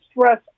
stress